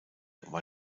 war